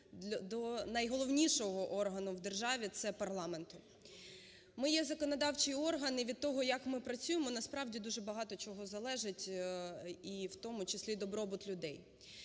до найголовнішого органу в державі – це парламенту. Ми є законодавчий орган, і від того, як ми працюємо, насправді дуже багато чого залежить, і в тому числі добробут людей.